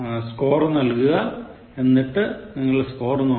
score നൽകുക എന്നിട്ട് നിങ്ങളുടെ സ്കോർ നോക്കാം